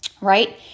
right